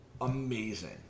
amazing